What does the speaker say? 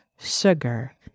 sugar